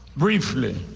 briefly